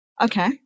Okay